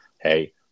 hey